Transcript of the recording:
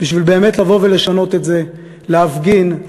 בשביל באמת לבוא ולשנות את זה, להפגין,